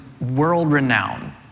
world-renowned